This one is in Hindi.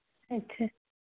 अच्छा